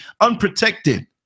unprotected